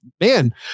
man